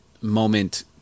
moment